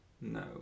No